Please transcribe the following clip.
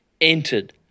entered